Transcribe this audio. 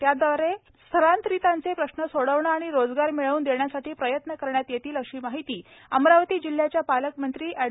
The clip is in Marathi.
त्यादवारे स्थलांतरितांचे प्रश्न सोडविणे आणि रोजगार मिळवून देण्यासाठी प्रयत्न करण्यात येतील अशी माहिती अमरावती जिल्ह्याच्या पालकमंत्री एड